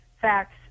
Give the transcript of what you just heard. facts